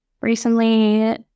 Recently